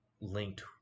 linked